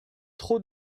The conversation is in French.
trop